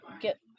get